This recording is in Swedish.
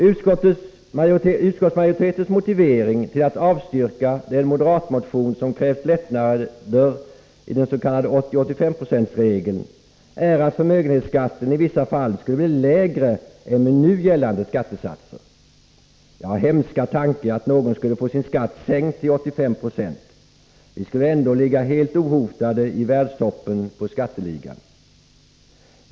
Utskottsmajoritetens motivering för att avstyrka den moderatmotion som kräver lättnader i den s.k. 80/85-procentsregeln är att förmögenhetsskatten i vissa fall skulle bli lägre än med nu gällande skattesatser. Hemska tanke att någon skulle få sin skatt sänkt till 85 92 — vi skulle ändå ligga helt ohotade i världstoppen på skatteligan!